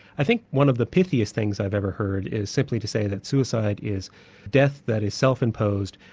i think one of the pithiest things i've ever heard is simply to say that suicide is death that is self-imposed,